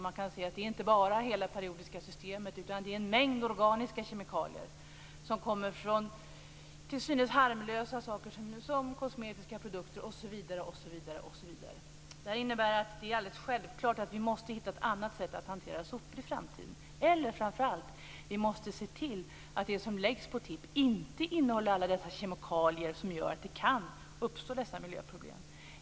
Man kan se att det inte bara är fråga om det periodiska systemet utan om en mängd av organiska kemikalier, som kommer från till synes harmlösa saker som kosmetiska produkter osv. Det här innebär att det är alldeles självklart att vi måste hitta ett annat sätt att hantera sopor i framtiden. Och framför allt: Vi måste se till att det som läggs på tipp inte innehåller alla dessa kemikalier som gör att de här miljöproblemen kan uppstå.